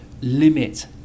limit